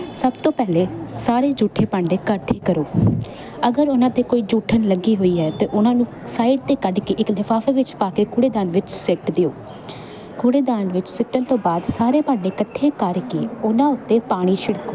ਸਭ ਤੋਂ ਪਹਿਲੇ ਸਾਰੇ ਝੂਠੇ ਭਾਂਡੇ ਇਕੱਠੇ ਕਰੋ ਅਗਰ ਉਹਨਾਂ 'ਤੇ ਕੋਈ ਜੂਠਨ ਲੱਗੀ ਹੋਈ ਹੈ ਤਾਂ ਉਹਨਾਂ ਨੂੰ ਸਾਈਡ 'ਤੇ ਕੱਢ ਕੇ ਇੱਕ ਲਿਫਾਫੇ ਵਿੱਚ ਪਾ ਕੇ ਕੂੜੇਦਾਨ ਵਿੱਚ ਸਿੱਟ ਦਿਓ ਕੁੜੇਦਾਨ ਵਿੱਚ ਸਿੱਟਣ ਤੋਂ ਬਾਅਦ ਸਾਰੇ ਭਾਂਡੇ ਇਕੱਠੇ ਕਰ ਕੇ ਉਹਨਾਂ ਉੱਤੇ ਪਾਣੀ ਛਿੜਕੋ